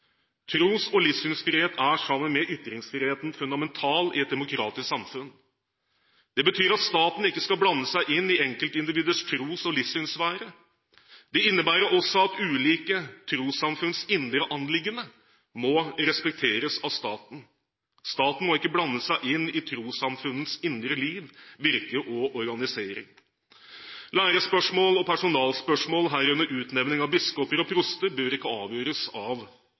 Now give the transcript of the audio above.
Tros- og livssynsfrihet er, sammen med ytringsfriheten, fundamental i et demokratisk samfunn. Det betyr at staten ikke skal blande seg inn i enkeltindividers tros- og livssynssfære. Det innebærer også at ulike trossamfunns indre anliggender må respekteres av staten. Staten må ikke blande seg inn i trossamfunns indre liv, virke og organisering. Lærespørsmål og personalspørsmål, herunder utnevning av biskoper og proster, bør ikke avgjøres av